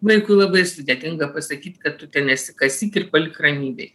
vaikui labai sudėtinga pasakyt kad tu ten nesikasyk ir palik ramybėj